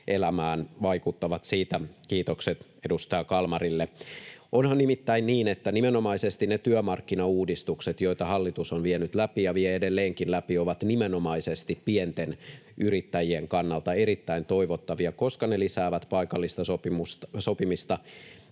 elämään vaikuttavat. Siitä kiitokset edustaja Kalmarille. Onhan nimittäin niin, että nimenomaisesti ne työmarkkinauudistukset, joita hallitus on vienyt läpi ja vie edelleenkin läpi, ovat nimenomaisesti pienten yrittäjien kannalta erittäin toivottavia, koska ne lisäävät paikallista sopimista,